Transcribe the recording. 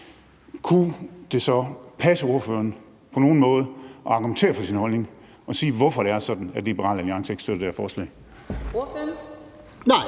kunne det så passe ordføreren på nogen måde at argumentere for sin holdning og sige, hvorfor det er sådan, at Liberal Alliance ikke støtter det her forslag?